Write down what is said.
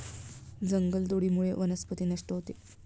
जंगलतोडीमुळे वनस्पती नष्ट होते